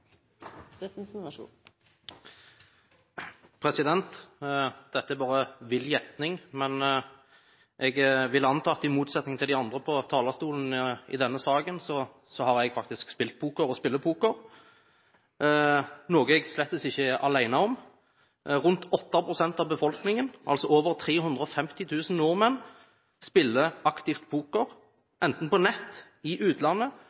de andre på talerstolen i denne saken, som jeg antar ikke har spilt poker, har jeg faktisk spilt – og spiller – poker, noe jeg slett ikke er alene om. Rundt 8 pst. av befolkningen, altså over 350 000 nordmenn, spiller poker aktivt, enten på nett, i utlandet